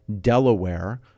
Delaware